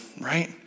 right